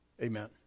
Amen